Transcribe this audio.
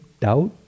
Doubt